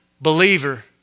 believer